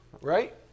right